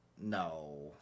No